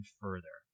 further